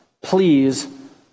please